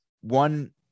one